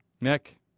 Nick